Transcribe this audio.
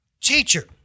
Teacher